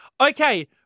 Okay